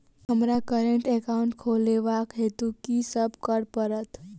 हमरा current account खोलेवाक हेतु की सब करऽ पड़त?